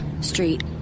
street